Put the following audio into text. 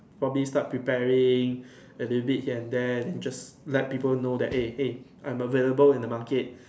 probably start preparing a little bit here and there and then just let people know that eh hey I'm available in the market